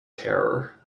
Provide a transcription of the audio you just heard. terror